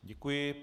Děkuji.